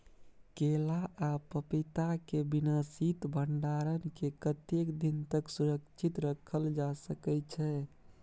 केला आ पपीता के बिना शीत भंडारण के कतेक दिन तक सुरक्षित रखल जा सकै छै?